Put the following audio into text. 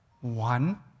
One